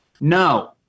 no